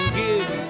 give